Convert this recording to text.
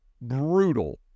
brutal